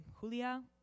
Julia